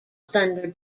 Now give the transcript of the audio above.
thunder